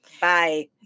Bye